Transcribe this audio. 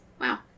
wow